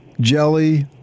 jelly